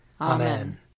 Amen